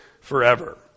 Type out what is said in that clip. forever